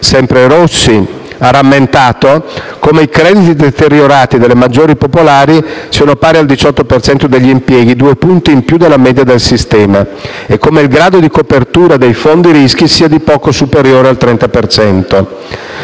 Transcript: Sempre Rossi ha rammentato come i crediti deteriorati delle maggiori popolari siano pari al 18 per cento degli impieghi - due punti in più della media del sistema - e come il grado di copertura dei fondi rischi sia di poco superiore al 30